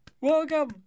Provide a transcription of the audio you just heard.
welcome